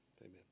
Amen